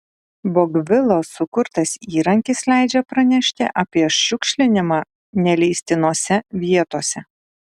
bogvilos sukurtas įrankis leidžia pranešti apie šiukšlinimą neleistinose vietose